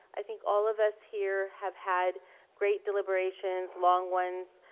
i think all of us here have had great deliberations, long ones,